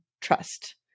trust